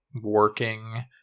working